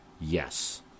yes